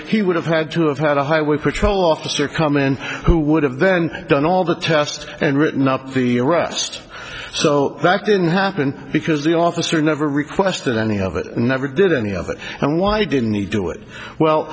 he would have had to have had a highway patrol officer come in who would have then done all the tests and written up the arrest so that didn't happen because the officer never requested any of it and never did any of it and why didn't he do it well